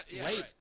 late